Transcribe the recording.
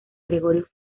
gregorio